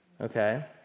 Okay